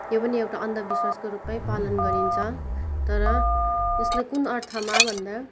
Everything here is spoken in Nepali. यो पनि एउटा अन्धविश्वासको रूपमै पालन गरिन्छ तर यसलाई कुन अर्थमा भन्दा